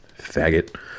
Faggot